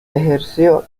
ejerció